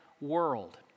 world